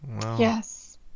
Yes